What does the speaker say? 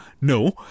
No